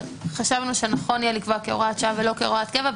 חשבנו שנכון יהיה לקבוע כהוראת שעה ולא כהוראת קבע,